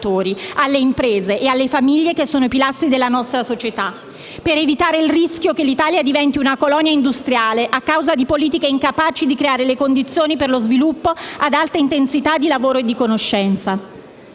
alle imprese e alle famiglie che sono pilastri della nostra società, per evitare il rischio che l'Italia diventi una colonia industriale a causa di politiche incapaci di creare le condizioni per lo sviluppo ad alta intensità di lavoro e di conoscenza.